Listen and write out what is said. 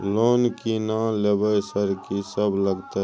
Loan की ना लेबय सर कि सब लगतै?